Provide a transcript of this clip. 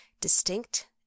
distinct